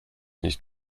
nicht